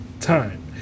time